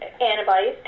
antibodies